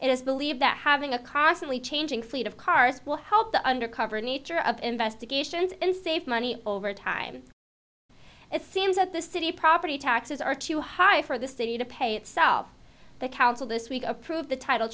is believed that having a constantly changing fleet of cars will help the undercover nature of investigations and save money over time it seems that the city property taxes are too high for the city to pay itself the council this week approved the title